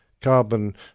carbon